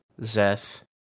Zeth